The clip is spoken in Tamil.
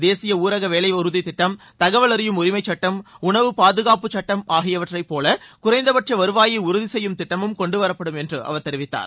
தேசிய ஊரக வேலை உறுதித்திட்டம் தகவல் அறியும் உரிமைச் சுட்டம் உணவு பாதுகாப்பு சுட்டம் ஆகியவற்றைப் போல குறைந்தபட்ச வருவாயை உறுதி செய்யும் திட்டமும் கொண்டுவரப்படும் என்றும் அவர் தெரிவித்தார்